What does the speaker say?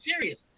serious